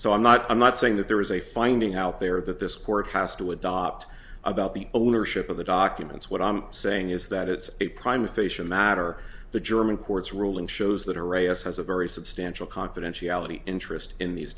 so i'm not i'm not saying that there was a finding out there that this court has to adopt about the ownership of the documents what i'm saying is that it's a prime official matter the german court's ruling shows that or a us has a very substantial confidentiality interest in these